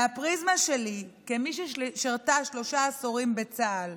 מהפריזמה שלי, כמי ששירתה שלושה עשורים בצה"ל,